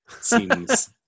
seems